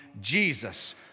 Jesus